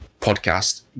podcast